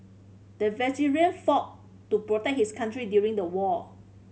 the veteran fought to protect his country during the war